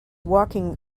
walking